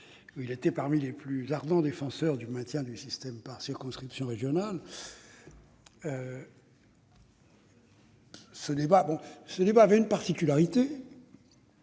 alors parmi les plus ardents défenseurs du maintien du système par circonscriptions régionales. Ce débat a eu une particularité,